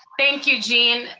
thank you, gene.